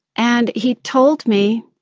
and he told me